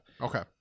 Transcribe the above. okay